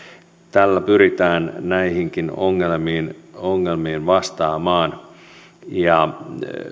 tällä pyritään näihinkin ongelmiin ongelmiin vastaamaan ja